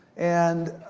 and,